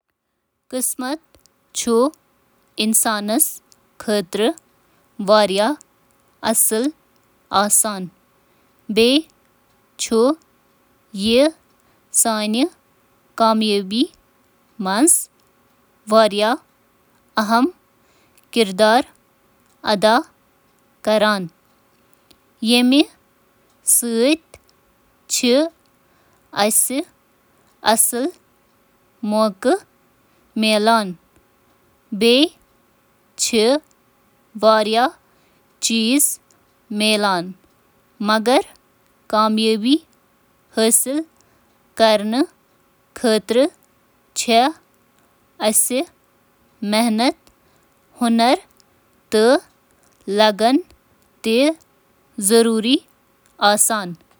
خۄش قسمت لوٗکَن ہُنٛد مواقعَن پٮ۪ٹھ توجہ دِنُک، پٲدٕ کرنُک تہٕ اتھ پٮ۪ٹھ عمل کرنُک زیادٕ امکان چھُ۔ تِم چھِ کامیاب فٲصلہٕ کرنہٕ خٲطرٕ پنُن گٹ احساس استعمال کران۔